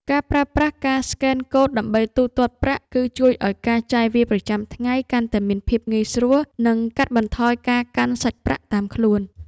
ការប្រើប្រាស់ការស្កេនកូដដើម្បីទូទាត់ប្រាក់ គឺ ជួយឱ្យការចាយវាយប្រចាំថ្ងៃកាន់តែមានភាពងាយស្រួល និង កាត់បន្ថយការកាន់សាច់ប្រាក់តាមខ្លួន។